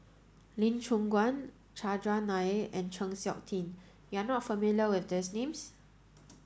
Lee Choon Guan Chandran Nair and Chng Seok Tin You are not familiar with these names